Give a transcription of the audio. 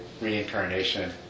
reincarnation